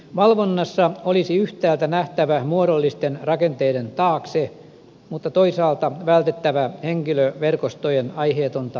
valvonnassa olisi yhtäältä nähtävä muodollisten rakenteiden taakse mutta toisaalta vältettävä henkilöverkostojen aiheetonta leimaamista